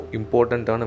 important